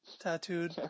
tattooed